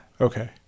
okay